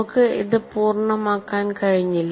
നമുക്ക് ഇത് പൂർണ്ണമാക്കാൻ കഴിഞ്ഞില്ല